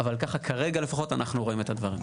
אבל ככה כרגע לפחות אנחנו רואים את הדברים.